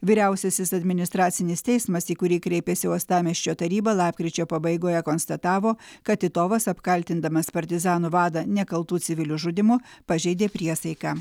vyriausiasis administracinis teismas į kurį kreipėsi uostamiesčio taryba lapkričio pabaigoje konstatavo kad titovas apkaltindamas partizanų vadą nekaltų civilių žudymu pažeidė priesaiką